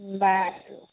বাৰু